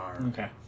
Okay